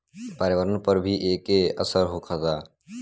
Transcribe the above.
पर्यावरण पर भी एके असर होखता